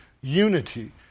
unity